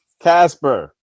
Casper